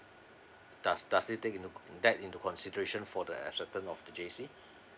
does does it take into that into consideration for the acceptance of the J_C